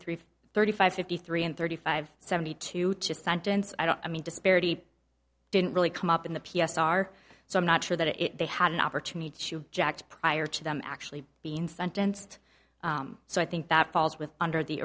three thirty five fifty three and thirty five seventy two just sentence i mean disparity didn't really come up in the p s r so i'm not sure that if they had an opportunity to jack's prior to them actually being sentenced so i think that falls with under the